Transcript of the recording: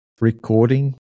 recording